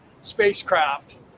spacecraft